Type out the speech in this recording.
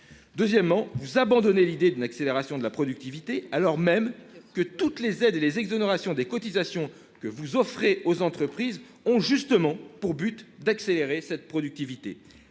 que vous avez abandonné l'idée d'une accélération de la productivité alors même que toutes les aides et exonérations de cotisation que vous offrez aux entreprises ont justement pour but d'accélérer cette productivité.